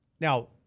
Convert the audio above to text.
now